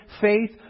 faith